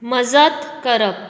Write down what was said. मजत करप